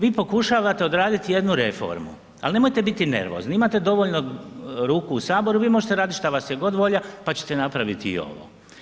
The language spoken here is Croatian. Vi pokušavate odraditi jednu reformu ali nemojte biti nervozni imate dovoljno ruku u saboru vi možete raditi šta vas je god volja pa ćete napraviti i ovo.